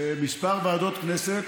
בכמה ועדות כנסת.